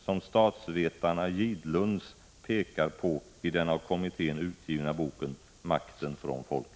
som statsvetarna Gidlund pekar på i den av kommittén utgivna boken Makten från folket.